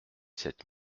sept